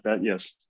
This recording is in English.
yes